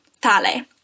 tale